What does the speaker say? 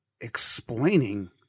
explaining